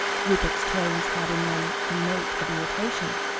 rupert's tones had in them a note of irritation,